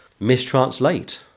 mistranslate